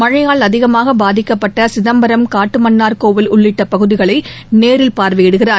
மழையால் அதிகமாக பாதிக்கப்பட்ட சிதம்பரம் காட்டுமன்னார்கோவில் உள்ளிட்ட பகுதிகளை நேரில் பார்வையிடுகிறார்